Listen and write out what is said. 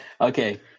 Okay